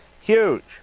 huge